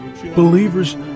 Believers